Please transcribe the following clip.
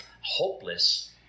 hopeless